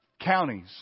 Counties